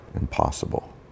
Impossible